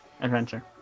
Adventure